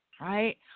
right